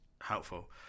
helpful